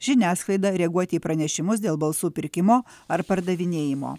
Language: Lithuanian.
žiniasklaida reaguoti į pranešimus dėl balsų pirkimo ar pardavinėjimo